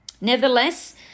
Nevertheless